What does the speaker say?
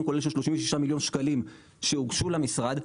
כולל של 36 מיליון שקלים שהוגשו למשרד,